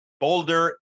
Boulder